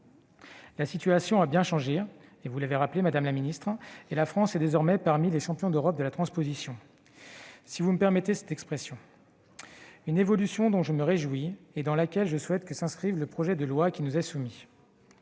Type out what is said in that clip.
La situation a bien changé, vous l'avez rappelé, madame la secrétaire d'État. La France est désormais parmi les champions d'Europe de la transposition, si vous me permettez cette expression. Je me réjouis de cette évolution, dans laquelle je souhaite que s'inscrive le projet de loi qui nous est soumis.